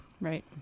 Right